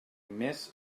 més